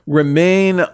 remain